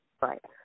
Right